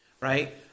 right